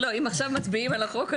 בטח לא בבריאותו.